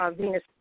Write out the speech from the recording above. Venus